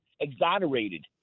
exonerated